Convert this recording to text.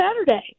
Saturday